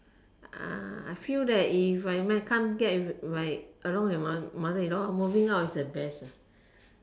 ah I feel that if I my can't get along with my mother in law moving out is the best ah